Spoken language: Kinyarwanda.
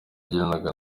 yaganiraga